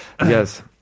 Yes